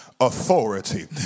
authority